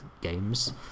games